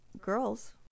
girls